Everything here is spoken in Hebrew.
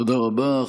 תודה רבה.